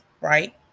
right